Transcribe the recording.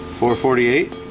four forty eight